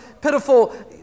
pitiful